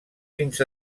fins